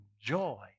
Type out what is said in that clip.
joy